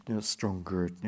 stronger